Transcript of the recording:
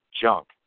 junk